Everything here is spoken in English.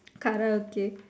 Karaoke